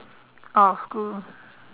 oh good